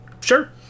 sure